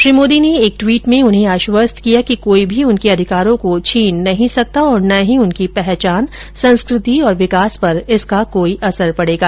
श्री मोदी ने एक ट्वीट में उन्हें आश्वस्त किया कि कोई भी उनके अधिकारों को छीन नहीं सकता और न ही उनकी पहचान संस्कृति और विकास पर इसका कोई असर पड़ेगा